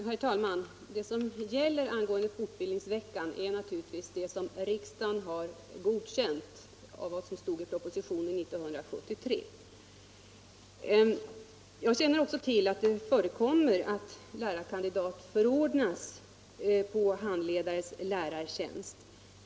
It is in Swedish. Herr talman! Det som gäller angående fortbildningsveckan är naturligtvis det som riksdagen har godkänt av vad som stod i propositionen 151 Jag känner också till att det förekommer att lärarkandidat förordnas på handledares lärartjänst.